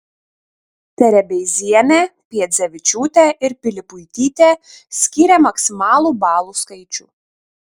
terebeizienė piedzevičiūtė ir pilipuitytė skyrė maksimalų balų skaičių